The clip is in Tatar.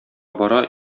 бара